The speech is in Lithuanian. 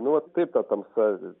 nu vat taip ta tamsa